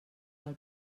del